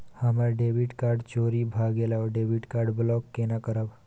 हमर debit card चोरी भगेलै डेबिट कार्ड ब्लॉक केना करब?